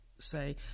say